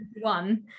one